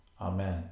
Amen